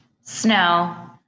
Snow